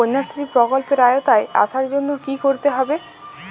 কন্যাশ্রী প্রকল্পের আওতায় আসার জন্য কী করতে হবে?